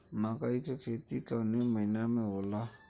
मकई क खेती कवने महीना में होला?